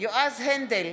יועז הנדל,